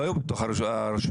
לא היו בתוך הרשויות,